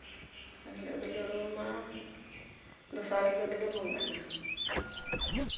ᱮᱱᱦᱤᱞᱟᱹᱜ ᱫᱚᱞᱮ ᱩᱢᱟ ᱫᱚᱥᱟᱨ ᱦᱤᱞᱟᱹᱜ ᱫᱚᱞᱮ ᱵᱚᱸᱜᱟᱱᱟ